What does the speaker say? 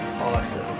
awesome